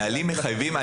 הנהלים מחייבים.